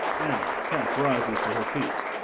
anna half rises to her feet,